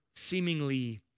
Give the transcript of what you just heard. seemingly